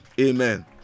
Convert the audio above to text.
Amen